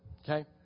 okay